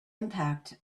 impact